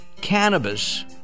cannabis